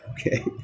Okay